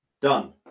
Done